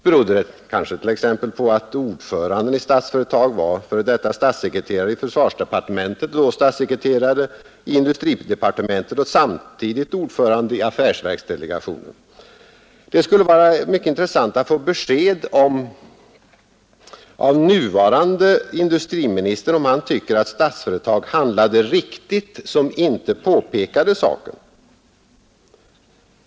Berodde det kanske t.ex. på att ordföranden i Statsföretag var f. d. statssekreteraren i försvarsdepartementet och då statssekreterare i industridepartementet och samtidigt ordförande i affärsverksdelegationen? Det skulle vara mycket intressant att få besked av nuvarande industriministern om han tycker att Statsföretag handlade riktigt som inte påpekade saken.